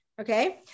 Okay